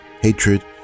hatred